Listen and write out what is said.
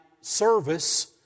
service